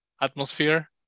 atmosphere